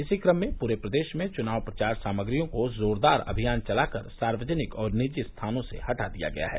इसी कम में पूरे प्रदेश में चुनाव प्रचार सामग्रियों को जोरदार अभियान चलाकर सार्वजनिक और निजी स्थानों से हटा दिया गया है